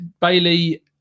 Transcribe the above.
Bailey